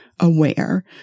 Aware